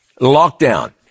Lockdown